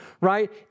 right